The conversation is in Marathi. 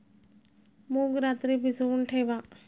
मूग रात्री भिजवून ठेवा